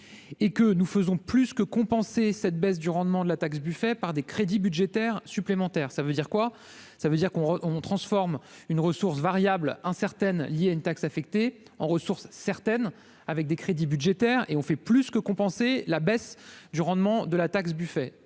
et que nous faisons plus que compenser cette baisse du rendement de la taxe Buffet par des crédits budgétaires supplémentaires, ça veut dire quoi, ça veut dire qu'on on transforme une ressource variables incertaine liée à une taxe affectée en ressources, certaines avec des crédits budgétaires et ont fait plus que compenser la baisse. Du rendement de la taxe Buffet